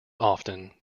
often